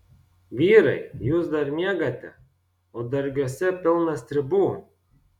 vyrai jūs dar miegate o dargiuose pilna stribų